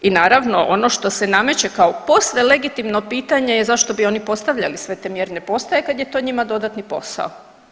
I naravno, ono što je nameće kao posve legitimno pitanje je zašto bi oni postavljali sve te mjerne postaje kad je to njima dodatni posao.